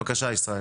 בבקשה, ישראל.